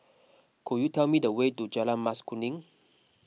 could you tell me the way to Jalan Mas Kuning